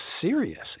serious